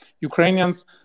Ukrainians